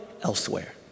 elsewhere